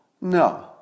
No